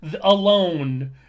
alone